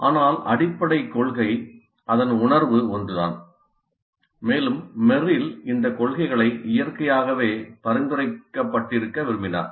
ஆனால் அடிப்படைக் கொள்கை அதன் உணர்வு ஒன்றுதான் மேலும் மெர்ரில் இந்த கொள்கைகளை இயற்கையாகவே பரிந்துரைக்கப்பட்டிருக்க விரும்பினார்